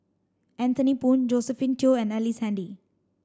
Anthony Poon Josephine Teo and Ellice Handy